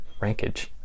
rankage